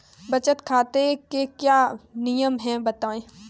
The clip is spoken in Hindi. बचत खाते के क्या नियम हैं बताएँ?